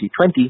2020